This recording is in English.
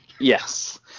yes